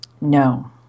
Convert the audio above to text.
No